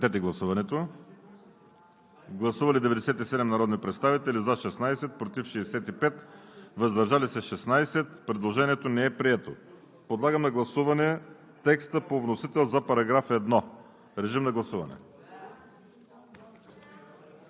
в чл. 11. Гласували 97 народни представители: за 16, против 65, въздържали се 16. Предложението не е прието. Подлагам на гласуване текста по вносител за § 1. Гласували